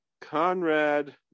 Conrad